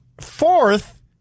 Fourth